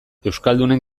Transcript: euskaldunen